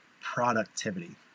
productivity